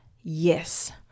yes